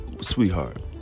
Sweetheart